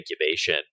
incubation